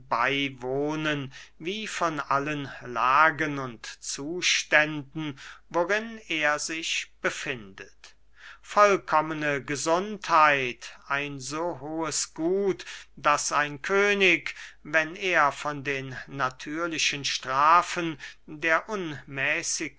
beywohnen wie von allen lagen und zuständen worin er sich befindet vollkommene gesundheit ein so hohes gut daß ein könig wenn er von den natürlichen strafen der unmäßigkeit